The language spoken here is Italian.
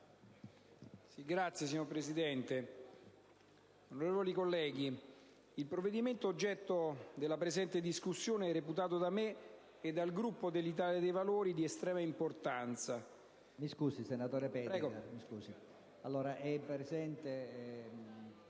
*(IdV)*. Signor Presidente, onorevoli colleghi, il provvedimento oggetto della presente discussione è reputato da me e dal Gruppo dell'Italia dei Valori di estrema importanza. Si tratta, infatti, di un disegno